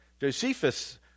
Josephus